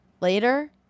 later